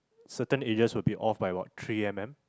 certain areas will be off by what three M_M